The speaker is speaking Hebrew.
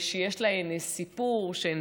שיש להן סיפור שהן